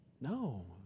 no